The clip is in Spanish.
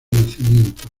nacimiento